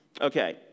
Okay